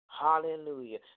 Hallelujah